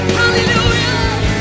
hallelujah